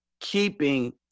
keeping